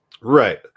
Right